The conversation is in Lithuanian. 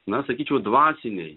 na sakyčiau dvasiniai